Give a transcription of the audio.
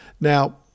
Now